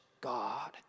God